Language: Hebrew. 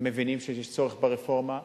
הם מבינים שיש צורך ברפורמה,